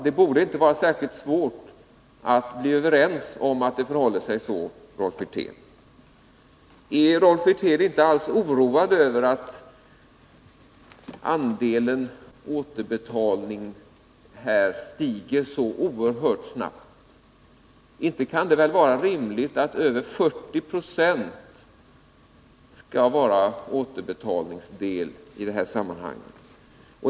Det borde inte vara särskilt svårt att komma överens om att det förhåller sig så, Rolf Wirtén. Är Rolf Wirtén inte alls oroad över att andelen återbetalad moms stiger så oerhört snabbt? Inte kan det väl vara rimligt att över 40 90 skall vara återbetalningsdel i det här sammanhanget?